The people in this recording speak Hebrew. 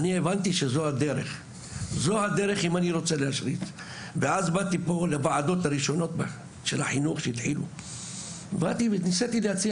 אני הבנתי שזו הדרך ואז באתי לכאן לוועדות החינוך וניסיתי להציע